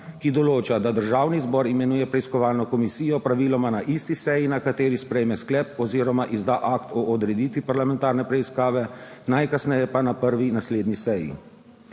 ki določa, da Državni zbor imenuje preiskovalno komisijo praviloma na isti seji, na kateri sprejme sklep oziroma izda akt o odreditvi parlamentarne preiskave, najkasneje pa na prvi naslednji seji.